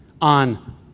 on